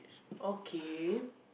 okay